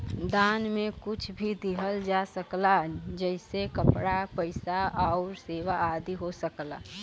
दान में कुछ भी दिहल जा सकला जइसे कपड़ा, पइसा आउर सेवा आदि हो सकला